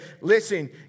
listen